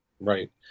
Right